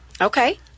Okay